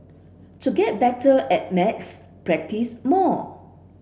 to get better at maths practise more